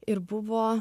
ir buvo